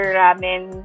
ramen